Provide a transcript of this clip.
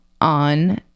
on